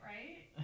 Right